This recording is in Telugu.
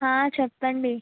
ఆ చెప్పండి